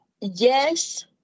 yes